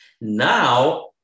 Now